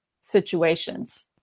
situations